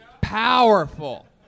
powerful